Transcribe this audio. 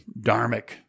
Dharmic